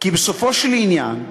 כי בסופו של עניין,